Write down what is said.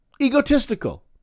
egotistical